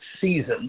season